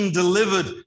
delivered